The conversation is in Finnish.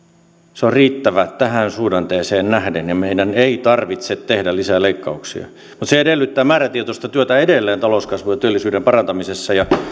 se on riittävä tähän suhdanteeseen nähden ja meidän ei tarvitse tehdä lisää leikkauksia mutta se edellyttää määrätietoista työtä edelleen talouskasvun ja työllisyyden parantamisessa ja